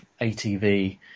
ATV